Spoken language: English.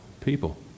people